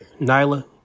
Nyla